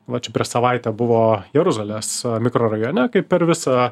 va čia prieš savaitę buvo jeruzalės mikrorajone kaip per visą